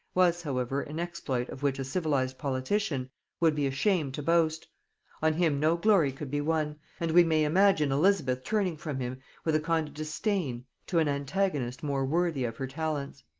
was however an exploit of which a civilized politician would be ashamed to boast on him no glory could be won and we may imagine elizabeth turning from him with a kind of disdain to an antagonist more worthy of her talents.